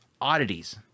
oddities